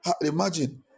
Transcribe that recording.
Imagine